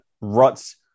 ruts